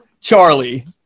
Charlie